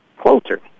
closer